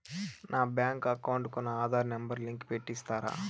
నా bank account కు నా ఆధార్ నెంబర్ లింకు పెట్టి ఇస్తారా?